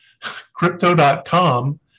crypto.com